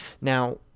Now